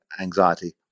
anxiety